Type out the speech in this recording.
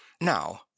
now